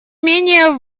менее